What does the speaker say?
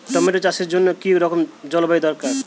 Tomato চাষের জন্য কি রকম জলবায়ু দরকার?